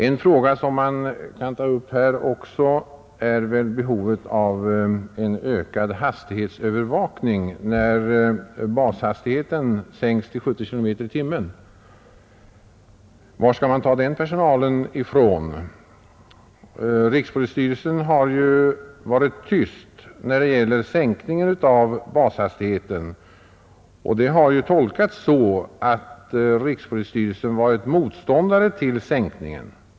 En fråga som kan tas upp här är behovet av ökad hastighetsövervakning på vägarna, när bashastigheten sänks till 70 kilometer i timmen. Varifrån skall man ta den personalen? Rikspolisstyrelsen har varit tyst när det gäller sänkningen av bashastigheten, och det har tolkats så att rikspolisstyrelsen varit motståndare till sänkningen.